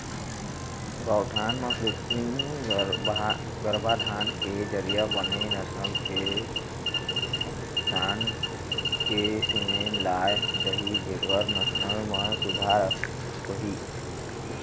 गौठान म कृत्रिम गरभाधान के जरिया बने नसल के सांड़ के सीमेन लाय जाही जेखर नसल म सुधार होही